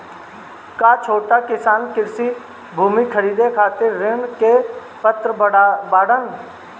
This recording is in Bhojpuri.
का छोट किसान कृषि भूमि खरीदे खातिर ऋण के पात्र बाडन?